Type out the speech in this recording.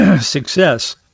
success